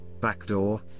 backdoor